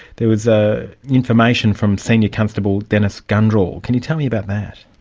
there was ah information from senior constable dennis gundrill. can you tell me about that?